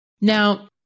Now